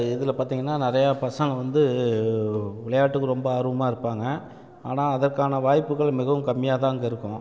இதில் பார்த்திங்கனா நிறையா பசங்க வந்து விளையாட்டுக்கு ரொம்ப ஆர்வமாக இருப்பாங்க ஆனால் அதற்கான வாய்புக்கள் மிகவும் கம்மியாக தான் அங்கே இருக்கும்